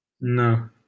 No